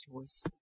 choice